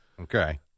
Okay